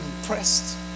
impressed